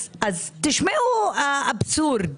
תשמעו האבסורד